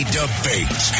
debate